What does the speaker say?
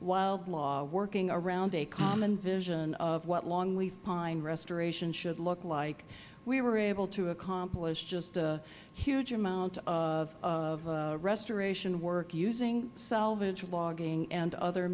wild law working around a common vision of what long leaf pine restoration should look like we were able to accomplish just a huge amount of restoration work using salvage logging and other